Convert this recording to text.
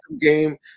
game